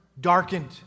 Darkened